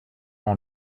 ans